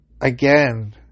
again